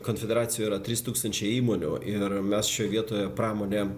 konfederacijoje yra trys tūkstančiai įmonių ir mes šioje vietoje pramonė